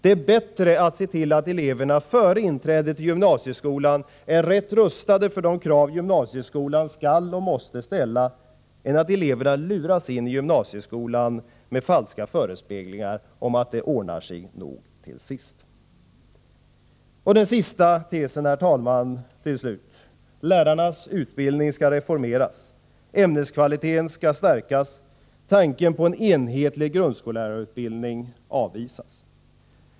Det är bättre att se till att eleverna före inträdet i gymnasieskolan är rätt rustade för de krav gymnasieskolan skall och måste ställa, än att eleverna luras in i gymnasieskolan med falska förespeglingar om att det nog ordnar sig till sist oavsett kunskapsnivå. Till slut den sista tesen. Lärarutbildningen skall reformeras. Ämneskvaliteten skall stärkas. Tanken på en enhetlig grundskollärarutbildning avvisas.